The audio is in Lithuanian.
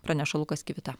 praneša lukas kivita